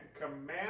command